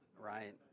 right